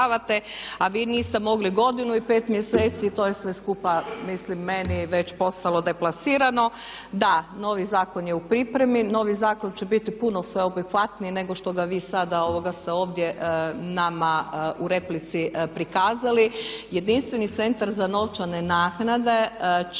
a vi niste mogli godinu i pet mjeseci. To je sve skupa mislim meni već postalo deplasirano. Da, novi zakon je u pripremi, novi zakon će biti puno sveobuhvatniji nego što ga vi sada ste ovdje nama u replici prikazali. Jedinstveni Centar za novčane naknade će